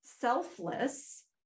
selfless